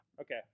Okay